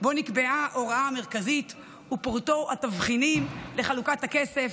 שבו נקבעה הוראה מרכזית ופורטו התבחינים לחלוקת הכסף.